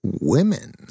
women